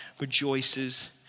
rejoices